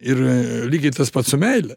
ir lygiai tas pat su meile